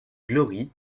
glory